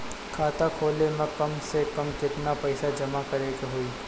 खाता खोले में कम से कम केतना पइसा जमा करे के होई?